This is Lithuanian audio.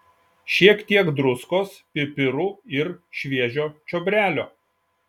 šiek tiek druskos pipirų ir šviežio čiobrelio